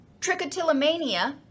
trichotillomania